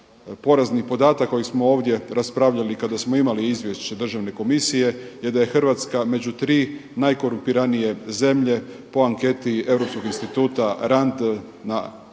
Porazni podatak kojeg smo ovdje raspravljali kada smo imali izvješće državne komisije je da je Hrvatska među 3 najkorumpiranije zemlje po anketi Europskog instituta RAND na traženje